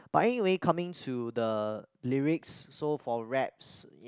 but anyway coming to the lyrics so for raps